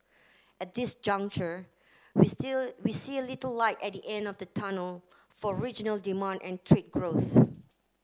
at this juncture we see a we see a little light at the end of the tunnel for regional demand and trade growth